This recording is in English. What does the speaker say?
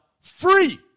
free